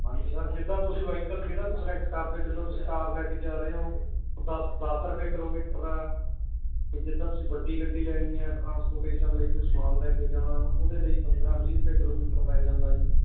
ਹਾਂਜੀ ਸਰ ਜਿੱਦਾਂ ਤੁਸੀਂ ਵਹੀਕਲ ਜਿਹੜਾ ਵੀ ਸਲੈਕਟ ਕਰਦੇ ਜਦੋਂ ਤੁਸੀਂ ਕਾਰ ਲੈ ਕੇ ਜਾ ਰਹੇ ਹੋ ਦਸ ਦਸ ਰੁਪਏ ਕਿਲੋਮੀਟਰ ਆ ਅਤੇ ਜਿੱਦਾਂ ਤੁਸੀਂ ਵੱਡੀ ਗੱਡੀ ਲੈਣੀ ਆ ਟਰਾਂਸਪੋਰਟੇਸ਼ਨ ਲਈ ਕੋਈ ਸਮਾਨ ਲੈ ਕੇ ਜਾਣਾ ਉਹਦੇ ਲਈ ਪੰਦਰਾਂ ਵੀਹ ਰੁਪਏ ਕਿਲੋਮੀਟਰ ਪੈ ਜਾਂਦਾ ਜੀ